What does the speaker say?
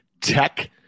tech